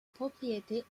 propriété